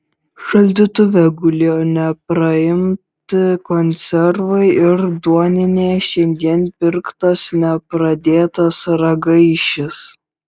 šaldytuve gulėjo nepraimti konservai ir duoninėje šiandien pirktas nepradėtas ragaišis